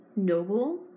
Noble